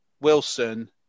Wilson